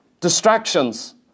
distractions